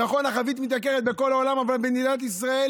נכון, החבית מתייקרת בכל העולם, אבל מדינת ישראל